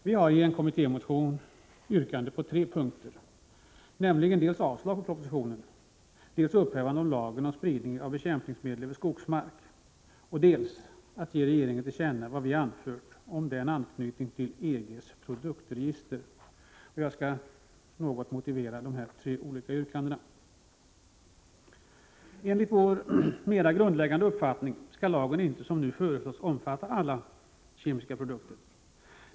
Vi har i en kommittémotion yrkanden på tre punkter, nämligen dels avslag på propositionen, dels upphävande av lagen om spridande av bekämpningsmedel över skogsmark och dels om att ge regeringen till känna vad vi anfört om en anknytning till EG:s produktregister. Jag skall något närmare motivera de tre olika yrkandena. Enligt vår mera grundläggande uppfattning skall lagen inte, som nu föreslås, omfatta alla kemiska produkter.